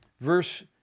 verse